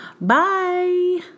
Bye